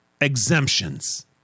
exemptions